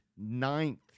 ninth